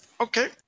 Okay